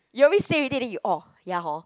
you always say already then you oh ya hor